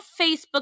Facebook